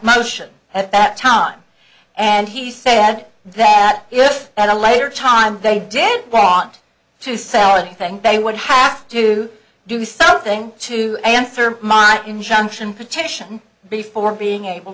motion at that time and he said that if at a later time they did want to say how i think they would have to do something to answer my injunction protection before being able